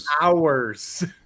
hours